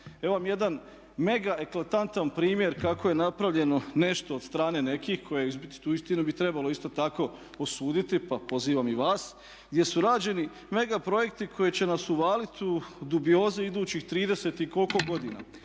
evo vam jedan mega eklatantan primjer kako je napravljeno nešto od strane nekih koje uistinu bi trebalo isto tako osuditi pa pozivam i vas gdje su rađeni mega projekti koji će nas uvaliti u dubiozu idućih 30 i koliko godina.